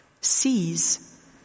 sees